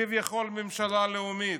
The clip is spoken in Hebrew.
כביכול, ממשלה לאומית.